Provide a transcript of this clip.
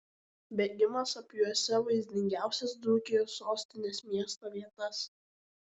bėgimas apjuosė vaizdingiausias dzūkijos sostinės miesto vietas